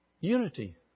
Unity